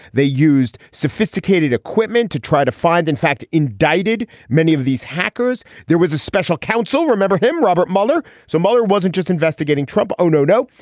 they used sophisticated equipment to try to find in fact indicted. many of these hackers there was a special counsel remember him robert mueller so mother wasn't just investigating trump. oh no no.